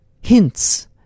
hints